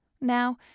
Now